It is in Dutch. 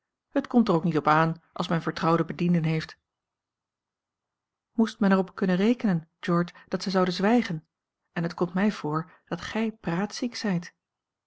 het komt er ook niet op aan als men vertrouwde bedienden heeft moest men er op kunnen rekenen george dat zij zouden zwijgen en het komt mij voor dat gij praatziek zijt